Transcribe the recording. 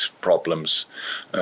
problems